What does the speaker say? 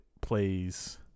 plays